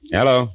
Hello